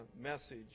message